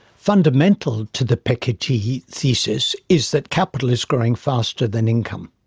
fundamental to the piketty thesis is that capital is growing faster than income.